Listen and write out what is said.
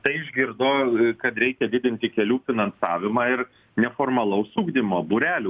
tai išgirdo kad reikia didinti kelių finansavimą ir neformalaus ugdymo būrelių